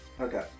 Okay